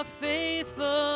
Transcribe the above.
faithful